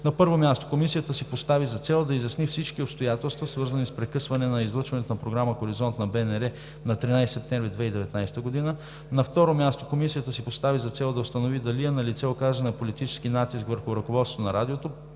На първо място, Комисията си постави за цел да изясни всички обстоятелства, свързани с прекъсване на излъчването на програма „Хоризонт“ на Българското национално радио на 13 септември 2019 г. На второ място, Комисията си постави за цел да установи дали е налице оказване на политически натиск върху ръководството на радиото,